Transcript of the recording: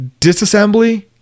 disassembly